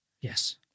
Yes